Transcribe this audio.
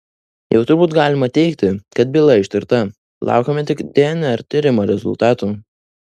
jau turbūt galima teigti kad byla ištirta laukiame tik dnr tyrimo rezultatų